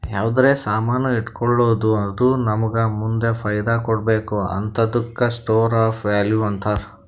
ಯಾವ್ದರೆ ಸಾಮಾನ್ ಇಟ್ಗೋಳದ್ದು ಅದು ನಮ್ಮೂಗ ಮುಂದ್ ಫೈದಾ ಕೊಡ್ಬೇಕ್ ಹಂತಾದುಕ್ಕ ಸ್ಟೋರ್ ಆಫ್ ವ್ಯಾಲೂ ಅಂತಾರ್